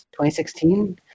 2016